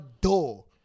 door